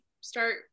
start